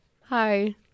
Hi